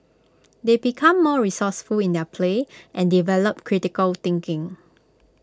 they become more resourceful in their play and develop critical thinking